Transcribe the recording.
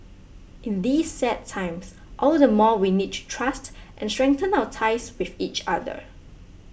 in these sad times all the more we need to trust and strengthen our ties with each other